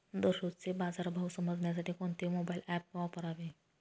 दररोजचे बाजार भाव समजण्यासाठी कोणते मोबाईल ॲप वापरावे?